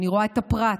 אני רואה את הפרט,